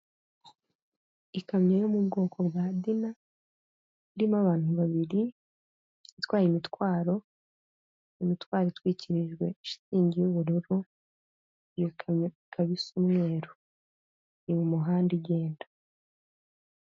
Ikamyo yo mu bwoko bwa dina irimo abantu babiri, itwaye imitwaro, imitwaro itwikirijwe shitingi y'ubururu, iyo kamyo ikaba isa umweru iri mu muhanda igenda.